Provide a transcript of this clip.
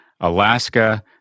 Alaska